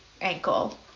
ankle